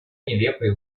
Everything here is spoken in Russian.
нелепые